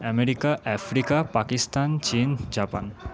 America Africa Pakistan চিন Japan